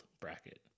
bracket